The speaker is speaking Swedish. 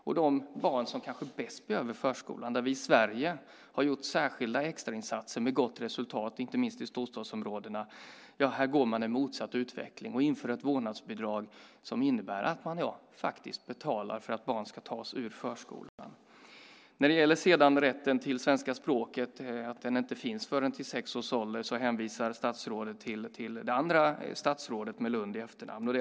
När det gäller de barn som kanske bäst behöver förskolan och som vi i Sverige har gjort extrainsatser för med gott resultat, inte minst i storstadsområdena, går man i motsatt riktning och inför ett vårdnadsbidrag som innebär att man faktiskt betalar för att barn ska tas ur förskolan. När det gäller att rätten till svenska språket inte finns före sex års ålder hänvisar statsrådet Hägglund till det andra statsrådet med efternamn på lund.